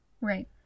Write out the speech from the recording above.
Right